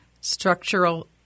structural